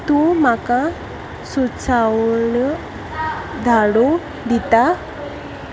तूं म्हाका सुचावणो धाडूं दिता